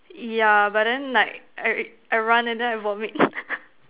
yeah but then like I I run and then I vomit